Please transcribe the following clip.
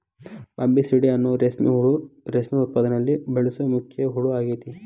Bombycidae ಅನ್ನೋ ರೇಷ್ಮೆ ಹುಳು ರೇಷ್ಮೆ ಉತ್ಪಾದನೆಯಲ್ಲಿ ಬಳಸೋ ಮುಖ್ಯ ಹುಳ ಆಗೇತಿ